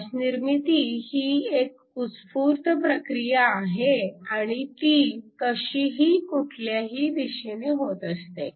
प्रकाश निर्मिती ही एक उत्स्फूर्त प्रक्रिया आहे आणि ती कशीही कुठल्याही दिशेने होत असते